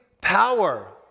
power